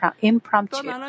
impromptu